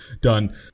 done